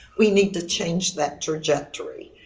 we need to change that trajectory.